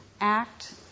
act